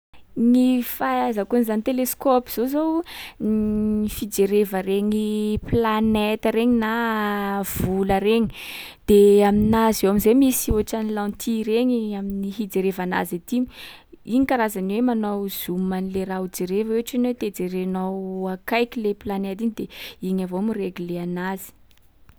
Gny fahaizako an’zany teleskaopy zao zao, fijereva regny planète regny na vola regny. De aminazy eo am’zay misy ohatran’ny lentille regny amin’ny hijerevana azy aty. Igny karazany hoe manao zoom an’le raha ho jereva, ohatriny hoe te jerenao akaiky le planète iny de igny avao mirgle anazy.